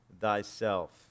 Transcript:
thyself